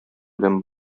белән